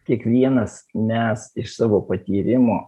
kiekvienas mes iš savo patyrimo